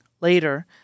Later